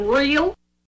real